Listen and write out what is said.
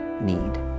need